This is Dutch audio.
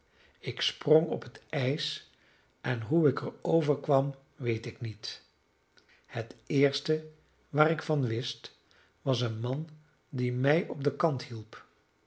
ik sprong op het ijs en hoe ik er over kwam weet ik niet het eerste waar ik van wist was een man die mij op den kant hielp